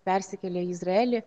persikėlė į izraelį